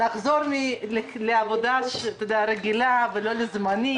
נחזור לעבודה רגילה ולא זמנית.